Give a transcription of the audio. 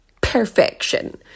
perfection